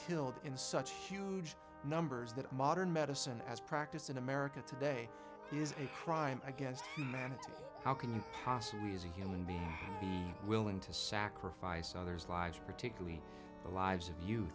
killed in such huge numbers that modern medicine as practiced in america today is a crime against humanity how can you possibly as a human being be willing to sacrifice others lives particularly the lives of